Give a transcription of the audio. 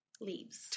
Leaves